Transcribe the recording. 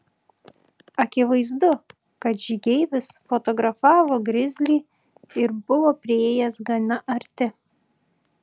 akivaizdu kad žygeivis fotografavo grizlį ir buvo priėjęs gana arti